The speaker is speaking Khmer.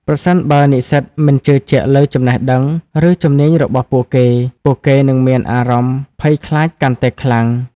ប្រសិនបើនិស្សិតមិនជឿជាក់លើចំណេះដឹង ឬជំនាញរបស់ពួកគេ ពួកគេនឹងមានអារម្មណ៍ភ័យខ្លាចកាន់តែខ្លាំង។